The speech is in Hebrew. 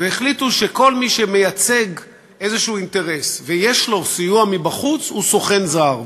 והחליטו שכל מי שמייצג אינטרס כלשהו ויש לו סיוע מבחוץ הוא סוכן זר.